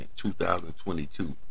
2022